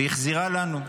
והחזירה לנו,